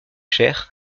cher